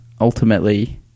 ultimately